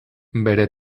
bere